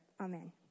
Amen